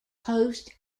host